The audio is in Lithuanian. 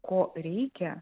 ko reikia